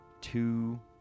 two